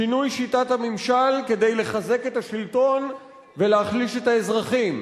שינוי שיטת הממשל כדי לחזק את השלטון ולהחליש את האזרחים,